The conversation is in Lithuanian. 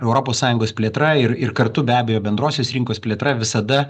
europos sąjungos plėtra ir ir kartu be abejo bendrosios rinkos plėtra visada